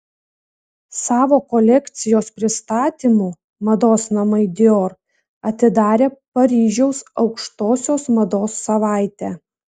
savo kolekcijos pristatymu mados namai dior atidarė paryžiaus aukštosios mados savaitę